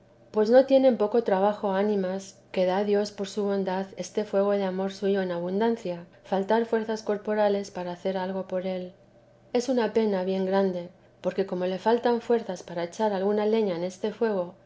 pues no tienen poco trabajo a ánimas que da dios por su bondad este fuego de amor suyo en abundancia faltar fuerzas corporales para hacer algo por él es una pena bien grande porque como le faltan fuerzas para echar alguna leña en este fuego